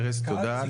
ארז תודה.